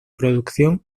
producción